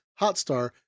Hotstar